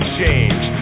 change